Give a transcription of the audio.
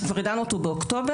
שכבר ידענו אותו באוקטובר,